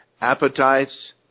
appetites